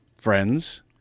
friends